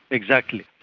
exactly.